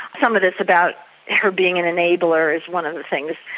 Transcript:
some of this about her being an enabler is one of the things,